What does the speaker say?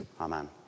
Amen